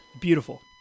beautiful